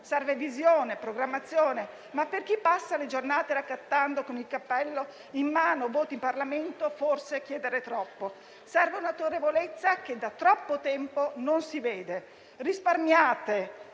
Servono visione e programmazione, ma per chi passa le giornate raccattando con il cappello in mano voti in Parlamento è forse chiedere troppo. Serve un'autorevolezza che da troppo tempo non si vede. Risparmiate